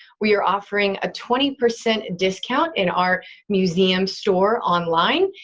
we are offering a twenty percent discount in our museum store online.